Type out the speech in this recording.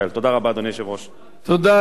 תודה ליושב-ראש ועדת הכלכלה,